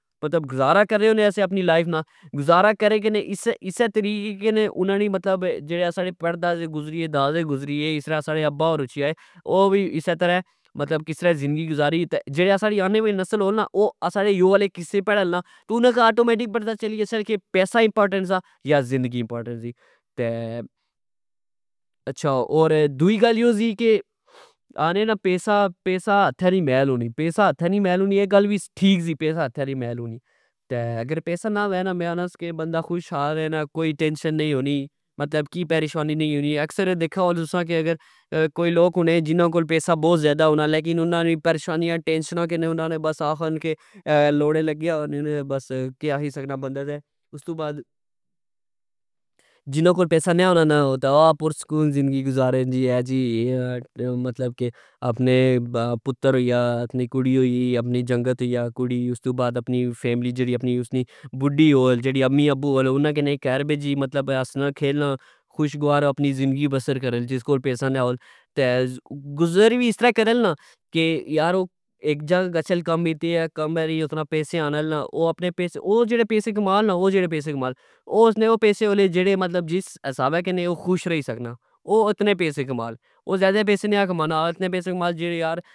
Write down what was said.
مطلب گزارا کرنے ہونے سیا اپنی لائف نا ۔گزارا کرے کنی اسہ طریقے کنی مطلب جیڑے ساڑےپردادے گزری گے دادے گزری گے اسرہ ساڑے ابا ار اچیھی آئے او وی اسہ ترہ مطلب کسرہ زندگی گزاری تہ جیڑی ساڑی آنے والی نسل ہو نا او ساڑے یو والے قصے پڑہ نا انا کی آٹومیٹک پتا چلی گچھہ کہ پیسا امپورٹینٹ سا یا زندگی امپورٹینٹ سی تہ۔ ہور دؤئی گل یو سی کہ آکھن نا پیسا ،پیسا ہتھہ نی میل ہونی اے گل وی ٹھیک سی پیسا ہتھہنی میل ہونی اگر پیسا نا وہہ نا بندا خوش حال رہنا کوئی ٹینشن نی ہونی مطلب کہ پریشانی نی ہونی اکثر دیکھا ہوتسا اگر کوئی لوک ہونے جنا کول پیسا باؤ ذئدہونا لیکن انا نی پریشانیا ٹینشنا انا نے آکھن کے لوڑے لگے ہونن بس کہ آکھی سکنا بندا تہ۔ استو بعد جنا کول پیسا نے ہونا نا او پر سکون زندگی گزارن جی مطلب ا؎پنے پتر ہوئی گیا اپنی کڑی ہوئی گی اپنی جنگت یاکڑی استو بعد اسنی فیملی اپنی جیڑی اپنی امی ابو ہول انا کہ کیر بیجی ہسنا کھیلنا ،ٍخوش گوار اپنی زندگی بسر کرن جس کول پیسا ناہول تہ گزر وی اس طرع کرن نا اک جال گچھن کم کیتا اے او اپنا پیسا آنن نا او اپنے پیسے او جیڑے پیسے کمان نا او جیڑے پیسے کمال او اسنے او آلے پیسے ہول لے جیڑے اسنے جس حسابہ او حو ش رئی سکنا او زئدہ پیسے نے کمانا او اتنے پیسے کمال